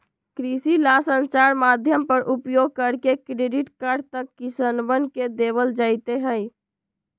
कृषि ला संचार माध्यम के उपयोग करके क्रेडिट कार्ड तक किसनवन के देवल जयते हई